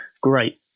great